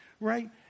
right